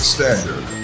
Standard